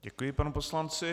Děkuj panu poslanci.